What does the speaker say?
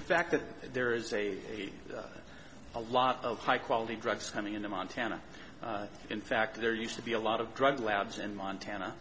the fact that there is a a lot of high quality drugs coming into montana in fact there used to be a lot of drug labs in montana